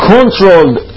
Controlled